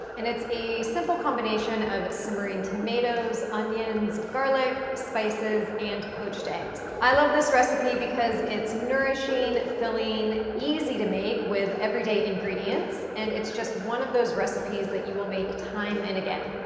and it's a simple combination of simmering tomatoes, onions, garlic, spices, and poached eggs. i love this recipe because it's nourishing, filling, easy to make with everyday ingredients. and it's just one of those recipes that you will make time and again.